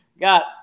Got